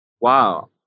wow